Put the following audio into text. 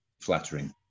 flattering